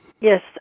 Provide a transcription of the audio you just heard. Yes